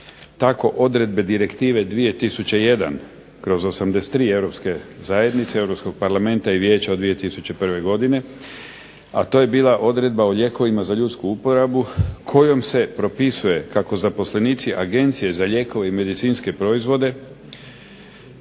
tako odredbe direktive 2001/83 Europske zajednice, Europskog parlamenta i Vijeća od 2001. godine, a to je bila odredba o lijekovima za ljudsku uporabu kojom se propisuje kako zaposlenici Agencije za lijekove i medicinske proizvode